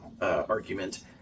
argument